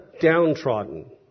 downtrodden